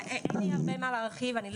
לא, אין לי הרבה מה להרחיב אני לא.